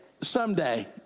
someday